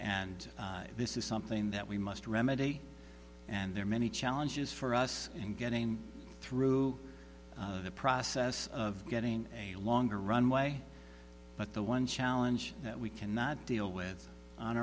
and this is something that we must remedy and there are many challenges for us in getting through the process of getting a longer runway but the one challenge that we cannot deal with on